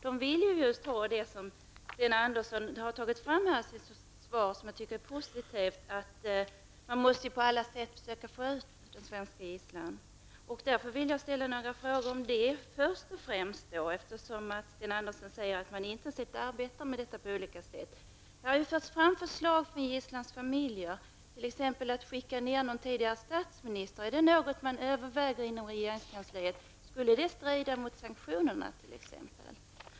De vill just detta som Sten Andersson tog upp i sitt svar och som jag tycker är positivt, nämligen att man på alla sätt måste försöka få ut den svenska gisslan. Jag vill främst ställa några frågor om detta, eftersom Sten Andersson säger att man arbetar intensivt på olika sätt. Det har för det första framförts förslag från gisslans familjer att t.ex. skicka en tidigare statsminister. Är detta något som övervägs inom regeringskansliet? Skulle detta strida mot sanktionerna?